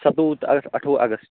سَتووُہ تہٕ اَ اَٹھووُہ اَگست